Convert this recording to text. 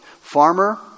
farmer